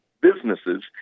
businesses